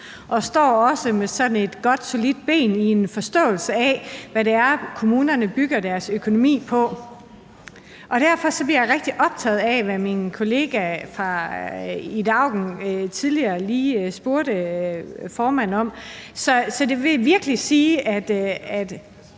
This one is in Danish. og står også med sådan et godt solidt ben i en forståelse af, hvad det er, kommunerne bygger deres økonomi på. Derfor er jeg rigtig optaget af, hvad min kollega fru Ida Auken tidligere spurgte formanden om. Så vil det virkelig sige, at